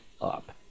up